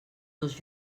dos